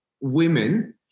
women